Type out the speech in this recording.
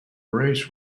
race